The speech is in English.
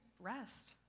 rest